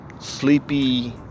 sleepy